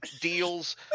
deals